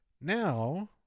now